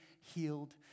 healed